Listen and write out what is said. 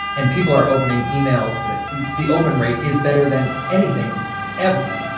and people are opening emails, the the open rate is better than anything ever.